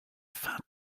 saint